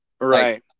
Right